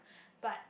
but